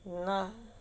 ya lah